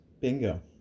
Bingo